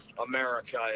America